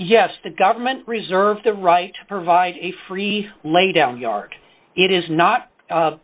yes the government reserves the right to provide a free laydown yard it is not